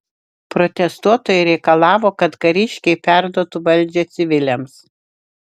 protestuotojai reikalavo kad kariškiai perduotų valdžią civiliams